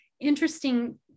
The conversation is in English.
interesting